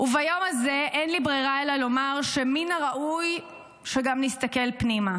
וביום הזה אין לי ברירה אלא לומר שמן הראוי שגם נסתכל פנימה.